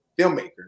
filmmaker